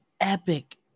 epic